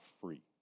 free